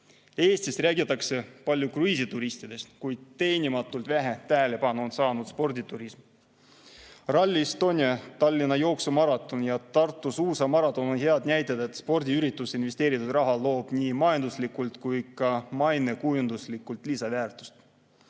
Eestis räägitakse palju kruiisituristidest, kuid teenimatult vähe tähelepanu on saanud sporditurism. Rally Estonia, Tallinna jooksumaraton ja Tartu suusamaraton on head näited selle kohta, kuidas spordiüritustesse investeeritud raha loob nii majanduslikult kui ka mainekujunduslikult lisaväärtust.